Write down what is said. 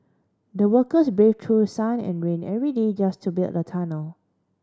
the workers braved through sun and rain every day just to build the tunnel